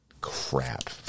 crap